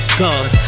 god